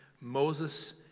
Moses